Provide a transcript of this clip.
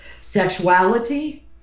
Sexuality